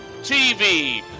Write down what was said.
TV